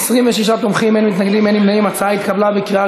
אינו נוכח, חבר הכנסת נחמן שי, מוותר,